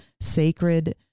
sacred